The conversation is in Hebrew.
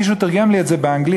מישהו תרגם לי את זה לעברית,